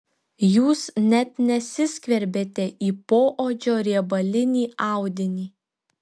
jūs net nesiskverbėte į poodžio riebalinį audinį